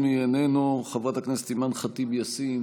במצב הנוכחי,